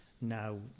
now